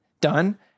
done